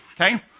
okay